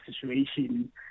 situation